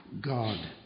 God